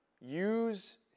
use